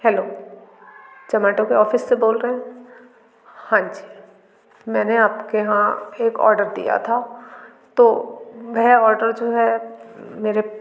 hello Zomato के office से बोल रहे हाँ जी मैंने आप के यहाँ एक औडर दिया था तो वह औडर जो है मेरे